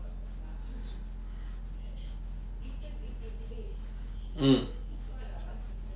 mm